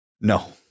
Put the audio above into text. No